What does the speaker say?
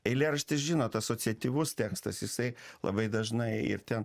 eilėraštis žinot asociatyvus tekstas jisai labai dažnai ir ten